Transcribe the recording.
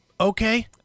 Okay